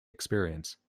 experience